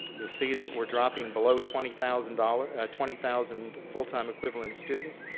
you'll see that we're dropping below twenty thousand dollar, twenty thousand full time equivalent students.